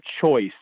choice